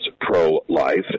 pro-life